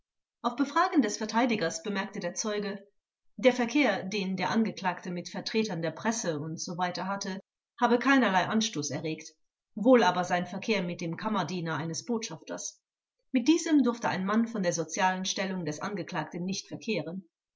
auf befragen des verteidigers bemerkte der zeuge der verkehr den der angeklagte mit vertretern der presse usw hatte habe keinerlei anstoß erregt wohl aber sein verkehr mit dem kammerdiener eines botschafters mit diesem durfte ein mann von der sozialen stellung des angeklagten nicht verkehren